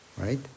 right